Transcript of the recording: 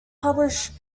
published